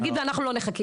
נגיד ואנחנו לא נחכה,